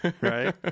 Right